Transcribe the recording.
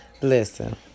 Listen